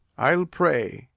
i'll pray,